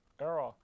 error